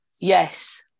Yes